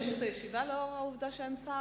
אדוני, האם להמשיך את הישיבה לאור העובדה שאין שר?